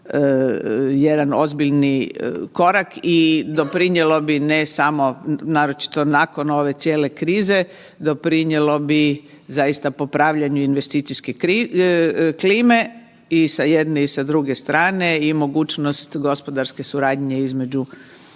jedan ozbiljan korak i doprinijelo bi ne samo, naročito nakon ove cijele krize, doprinijelo bi zaista popravljanju investicijske klime i sa jedne i sa druge strane i mogućnost gospodarske suradnje između